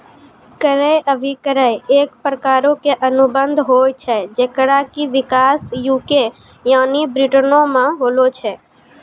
क्रय अभिक्रय एक प्रकारो के अनुबंध होय छै जेकरो कि विकास यू.के यानि ब्रिटेनो मे होलो छै